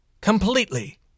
completely